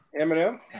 Eminem